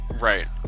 Right